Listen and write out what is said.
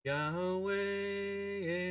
Yahweh